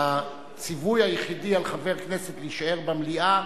הציווי היחידי על חבר כנסת להישאר במליאה